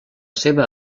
seva